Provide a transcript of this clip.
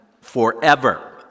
forever